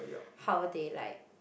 how they like